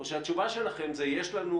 או שהתשובה שלכם היא: יש לנו